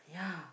yeah